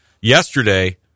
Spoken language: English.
yesterday